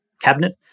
Cabinet